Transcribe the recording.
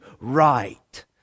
right